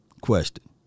question